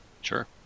Sure